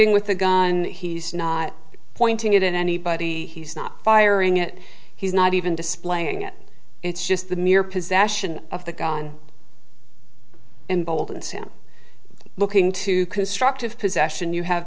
elating with the gun he's not pointing it at anybody he's not firing it he's not even displaying it it's just the mere possession of the gun and bold and sam looking to constructive possession you have